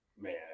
Man